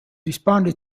responded